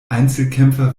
einzelkämpfer